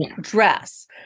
dress